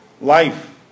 Life